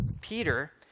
Peter